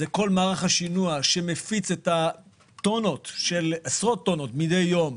לכל מערך השינוע שמפיץ את עשרות הטונות מידי יום